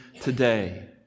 today